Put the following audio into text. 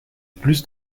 plus